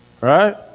right